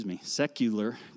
secular